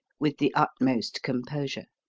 with the utmost composure.